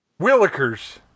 Willikers